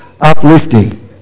uplifting